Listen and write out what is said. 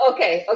Okay